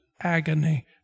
agony